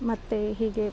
ಮತ್ತೆ ಹೀಗೆ